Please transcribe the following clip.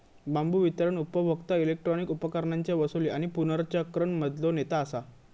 बांबू वितरण उपभोक्ता इलेक्ट्रॉनिक उपकरणांच्या वसूली आणि पुनर्चक्रण मधलो नेता असा